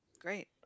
Great